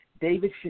David